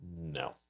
No